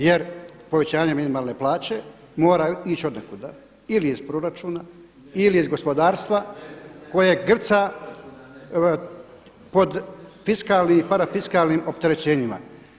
Jer povećanje minimalne plaće mora ići od nekuda ili iz proračuna ili iz gospodarstva koje grca pod fiskalnim i parafiskalnim opterećenjima.